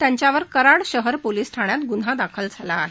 त्यांच्यावर कराड शहर पोलीस ठाण्यात ग्न्हा दाखल झाला आहे